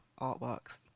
artworks